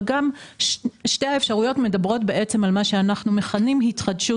שתי האפשרויות מדברות על מה שאנחנו מכנים "התחדשות